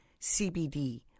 CBD